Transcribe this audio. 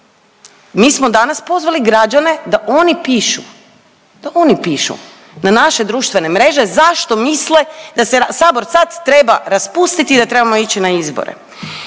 Mi smo danas pozvali građane da oni pišu, da oni pišu na naše društvene mreže zašto misle da se sabor sad treba raspustiti, da trebamo ići na izbore.